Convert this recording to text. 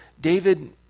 David